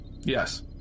Yes